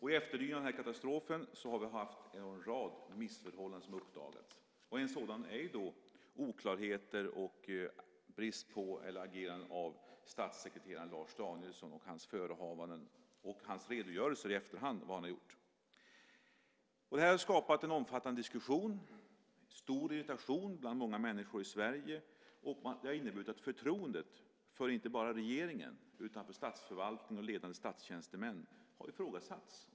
I efterdyningarna av katastrofen har en rad missförhållanden uppdagats. Ett sådant är oklarheter och brist på agerande från statssekreterare Lars Danielsson, hans förehavanden och hans redogörelser i efterhand för vad han har gjort. Detta har skapat en omfattande diskussion och stor irritation bland många människor i Sverige. Det har inneburit att förtroendet inte bara för regeringen utan för statsförvaltningen och ledande statstjänstemän har ifrågasatts.